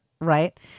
right